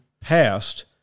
passed